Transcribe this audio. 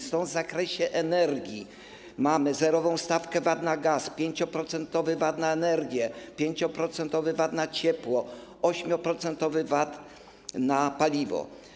Stąd w zakresie energii mamy zerową stawkę VAT na gaz, 5-procentowy VAT na energię, 5-procentowy VAT na ciepło, 8-procentowy VAT na paliwo.